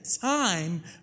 time